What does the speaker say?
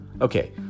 Okay